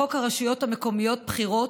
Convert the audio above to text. לחוק הרשויות המקומיות (בחירות),